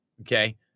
okay